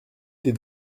des